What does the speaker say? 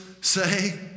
say